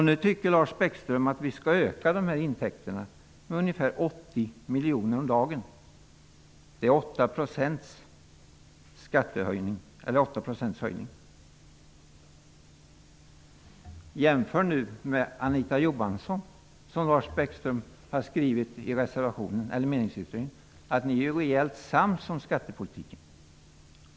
Nu tycker Lars Bäckström att vi skall öka intäkterna med ungefär 80 miljoner per dag, vilket motsvarar 8 % höjning. Jämför detta med vad Anita Johansson tillsammans med Lars Bäckström har skrivit i meningsyttringen, att ni reellt är sams om skattepolitiken.